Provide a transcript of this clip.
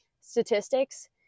statistics